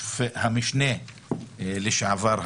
המשנה לשעבר,